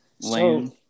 Lane